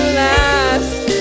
last